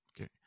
Okay